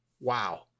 wow